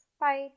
Bye